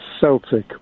Celtic